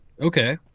Okay